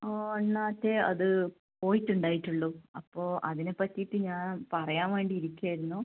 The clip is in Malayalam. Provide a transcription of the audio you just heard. ഒന്നാറ്റേ അത് പോയിട്ടുണ്ടായിട്ടുള്ളൂ അപ്പോൾ അതിനെ പറ്റിയിട്ട് ഞാൻ പറയാൻ വേണ്ടി ഇരിക്കുകയായിരുന്നു